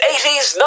80s